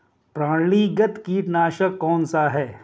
प्रणालीगत कीटनाशक कौन सा है?